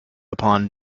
upon